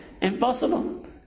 Impossible